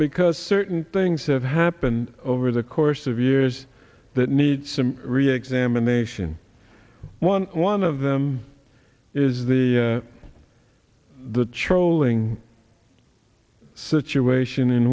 because certain things have happened over the course of years that need some reexamination one one of them is the the charcoal ing situation in